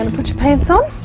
and put your pants on?